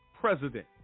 president